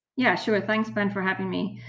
yeah, sure. thanks, ben, for having me.